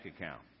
account